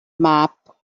map